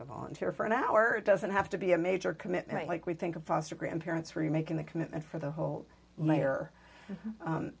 a volunteer for an hour doesn't have to be a major commitment like we think of foster grandparents were you making the commitment for the whole layer